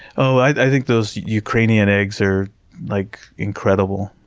oh, i think those ukrainian eggs are like incredible.